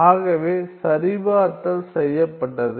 ஆகவே சரிபார்த்தல் செய்யப்ப்பட்டது